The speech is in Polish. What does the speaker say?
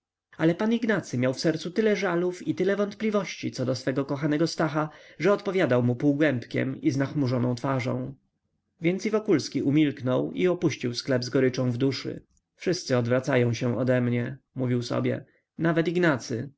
ale pan ignacy miał w sercu tyle żalów i tyle wątpliwości co do swego kochanego stacha że odpowiadał mu półgębkiem i z nachmurzoną twarzą więc i wokulski umilknął i opuścił sklep z goryczą w duszy wszyscy odwracają się odemnie mówił sobie nawet ignacy